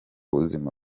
buzima